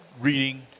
Reading